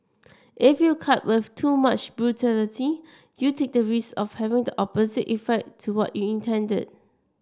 if you cut with too much brutality you take the rise of having the opposite effect to what you intended